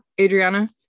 Adriana